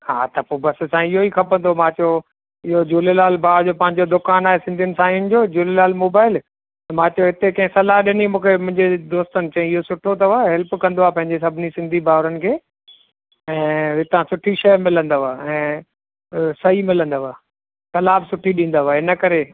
हा त पोइ बसि सां ईहेई खपंदो हो मां चो इहो झूलेलाल भाउ जो पंहिंजो दुकान आहे सिंधीयुनि साईंन जो झुलेलाल मोबाइल मां चयो हिते कंहिं सलाहु ॾिनी मूंखे मुंहिंजे दोस्तनि चई इहो सुठो अथव हेल्प कंदो आहे पंहिंजे सभिनी सिंधी भाउरनि खे ऐं हितां सुठी शइ मिलंदव ऐं सही मिलंदव सलाहु बि सुठी ॾींदव इन करे